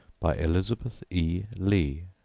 by elizabeth e. lea